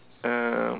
um